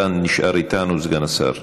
אתה נשאר איתנו, סגן השר.